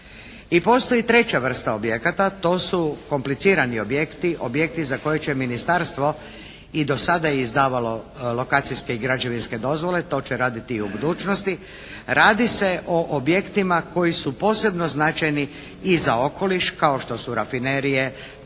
I postoji treća vrsta objekata. To su komplicirani objekti, objekti za koje će Ministarstvo, i do sada je izdavalo lokacijske i građevinske dozvole, to će raditi i u budućnosti. Radi se o objektima koji su posebno značajni i za okoliš kao što su rafinerije,